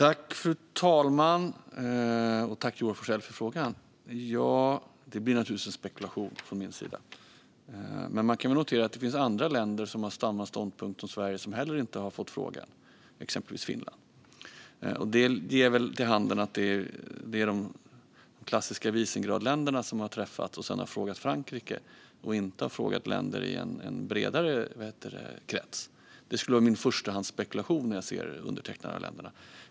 Fru talman! Tack, Joar Forssell, för frågan! Det blir naturligtvis en spekulation från min sida. Man kan notera att det finns andra länder som har samma ståndpunkt som inte heller har fått frågan, exempelvis Finland. Det ger vid handen att det är de klassiska Visegradländerna som har träffats och sedan har frågat Frankrike men inte länder i en bredare krets. Det skulle vara min förstahandsspekulation när jag ser de undertecknande länderna.